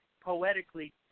poetically